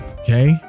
okay